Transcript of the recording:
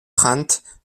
trente